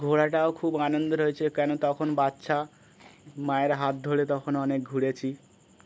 ঘোরাটাও খুব আনন্দের হয়েছে কেন তখন বাচ্চা মায়ের হাত ধরে তখন অনেক ঘুরেছি